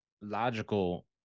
logical